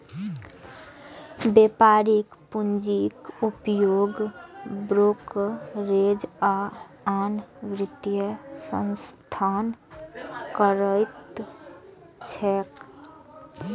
व्यापारिक पूंजीक उपयोग ब्रोकरेज आ आन वित्तीय संस्थान करैत छैक